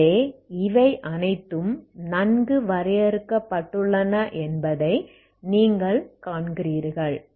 எனவே இவை அனைத்தும் நன்கு வரையறுக்கப்பட்டுள்ளன என்பதை நீங்கள் காண்கிறீர்கள்